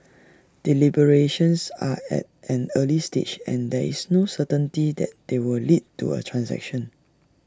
deliberations are at an early stage and there is no certainty that they will lead to A transaction